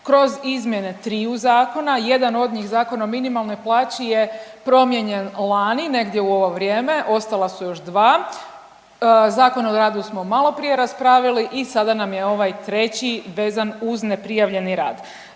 kroz izmjene triju zakona, jedan od njih Zakon o minimalnoj plaći je promijenjen lani negdje u ovo vrijeme, ostala su još dva, Zakon o radu smo maloprije raspravili i sada nam je ovaj treći vezan uz neprijavljeni rad.